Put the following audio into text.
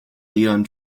leon